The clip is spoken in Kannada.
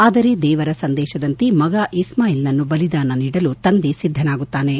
ಆದರೆ ದೇವರ ಸಂದೇಶದಂತೆ ಮಗ ಇಸ್ಮಾಯಿಲ್ನನ್ನು ಬಲಿದಾನ ನೀಡಲು ತಂದೆ ಸಿದ್ದನಾಗುತ್ತಾನೆ